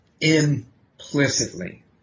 implicitly